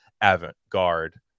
avant-garde